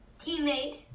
teammate